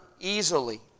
easily